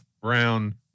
brown